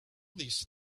these